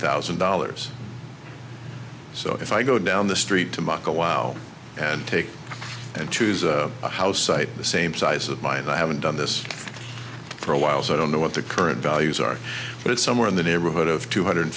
thousand dollars so if i go down the street to moscow wow and take and choose a house site the same size of mine i haven't done this for a while so i don't know what the current values are but it's somewhere in the neighborhood of two hundred